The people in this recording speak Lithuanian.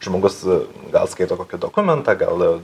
žmogus gal skaito kokį dokumentą gal